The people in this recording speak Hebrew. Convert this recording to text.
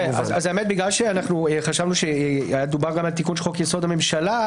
כיוון שחשנו שדובר גם על תיקון חוק יסוד: הממשלה,